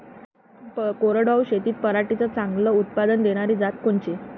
कोरडवाहू शेतीत पराटीचं चांगलं उत्पादन देनारी जात कोनची?